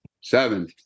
Seven